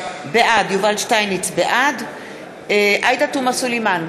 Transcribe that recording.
בעד עאידה תומא סלימאן,